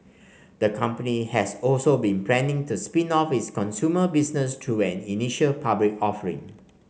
the company has also been planning to spin off its consumer business through an initial public offering